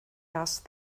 asked